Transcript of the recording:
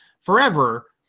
forever